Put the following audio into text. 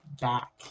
back